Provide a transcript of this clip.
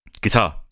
Guitar